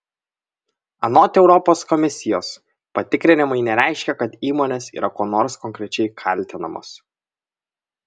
anot europos komisijos patikrinimai nereiškia kad įmonės yra kuo nors konkrečiai kaltinamos